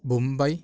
Mumbai